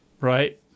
right